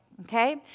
okay